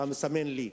אתה מסמן לי.